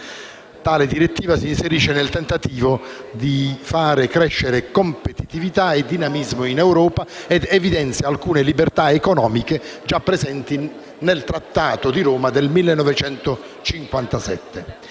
Tale direttiva si inserisce nel tentativo di far crescere competitività e dinamismo in Europa ed evidenzia alcune libertà economiche già presenti nel Trattato di Roma del 1957.